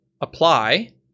apply